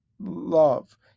love